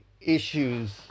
issues